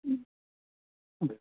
हूँ की भेल